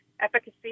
efficacy